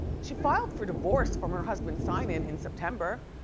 she filed for divorce from her husband, simon, in september,